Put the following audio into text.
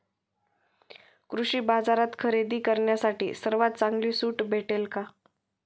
कृषी बाजारात खरेदी करण्यासाठी सर्वात चांगली सूट भेटेल का?